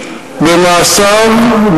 במעשיו,